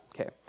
okay